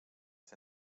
ser